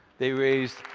they raised